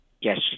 yes